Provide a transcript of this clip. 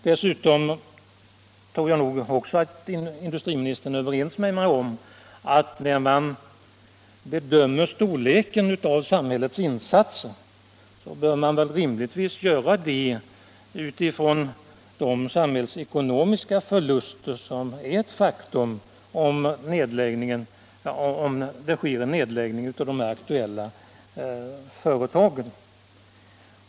Dessutom tror jag att industriministern är överens med mig om att när man bedömer storleken av samhällets insatser bör man rimligtvis göra det utifrån de samhällsekonomiska förluster som är ett faktum. om det sker en nedläggning av de aktuella företagen.